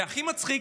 והכי מצחיק,